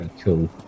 cool